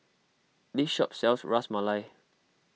this shop sells Ras Malai